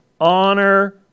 Honor